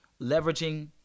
leveraging